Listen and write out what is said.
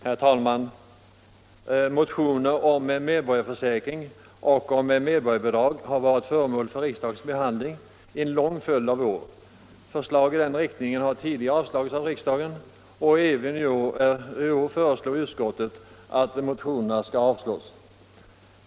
Herr talman! Motioner om en medborgarförsäkring och om medborgarbidrag har varit föremål för riksdagens behandling i en lång följd av år. Förslag i den riktningen har tidigare avslagits av riksdagen, och även i år föreslår utskottet att motionerna skall avslås.